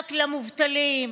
מענק למובטלים,